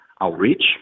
outreach